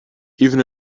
even